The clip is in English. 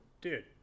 Dude